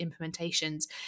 implementations